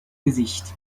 gesicht